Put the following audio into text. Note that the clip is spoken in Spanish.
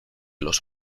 los